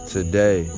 Today